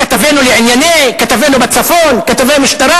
"כתבנו לענייני", "כתבנו בצפון", כתבי משטרה